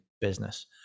business